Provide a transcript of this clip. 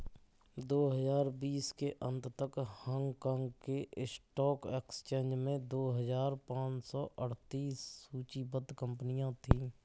दो हजार बीस के अंत तक हांगकांग के स्टॉक एक्सचेंज में दो हजार पाँच सौ अड़तीस सूचीबद्ध कंपनियां थीं